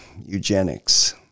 eugenics